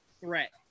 threat